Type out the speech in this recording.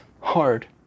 hard